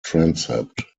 transept